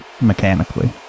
mechanically